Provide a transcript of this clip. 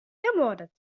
ermordet